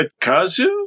Kazu